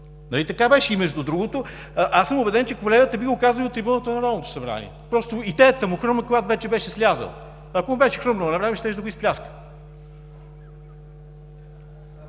Нали така беше? Между другото съм убеден, че колегата би го казал и от трибуната на Народното събрание. Идеята му хрумна, когато вече бе слязъл. Ако му беше хрумнала навреме, щеше да го изпляска.